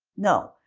no,